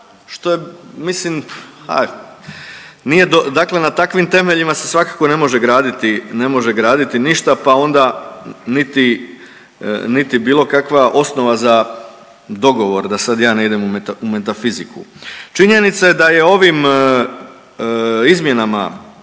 što je mislim ha nije dakle na takvim temeljima se svakako ne može graditi ništa pa onda niti bilo kakva osnova za dogovor, da sad ja ne idem u metafiziku. Činjenica je da je ovim izmjenama